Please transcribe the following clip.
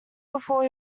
before